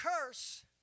curse